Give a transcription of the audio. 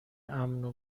امن